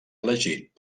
elegit